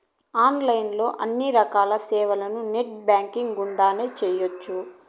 online లో అన్ని రకాల సేవలను నెట్ బ్యాంకింగ్ గుండానే చేయ్యొచ్చు